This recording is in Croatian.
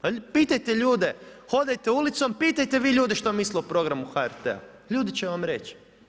Pa pitajte ljude, hodajte ulicom, pitajte vi ljude što misle o programu HRT-a, ljudi će vam reći.